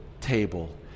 table